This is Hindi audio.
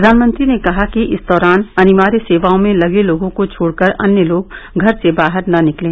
प्रधानमंत्री ने कहा कि इस दौरान अनिवार्य सेवाओं में लगे लोगों को छोड़कर अन्य लोग घर से बाहर न निकलें